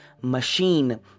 Machine